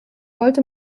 wollte